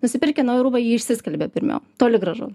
nusipirkę naują rūbą jį išsiskalbia pirmiau toli gražu